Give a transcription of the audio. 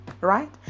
right